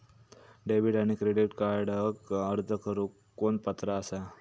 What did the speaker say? Debit आणि credit कार्डक अर्ज करुक कोण पात्र आसा?